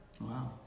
Wow